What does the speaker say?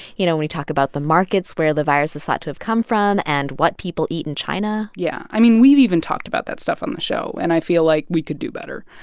you know, when we talk about the markets where the virus is thought to have come from and what people eat in china yeah. i mean, we've even talked about that stuff on the show, and i feel like we could do better.